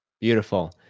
Beautiful